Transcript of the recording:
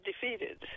defeated